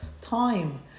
time